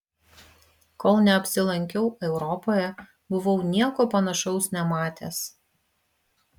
kol neapsilankiau europoje buvau nieko panašaus nematęs